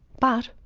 but,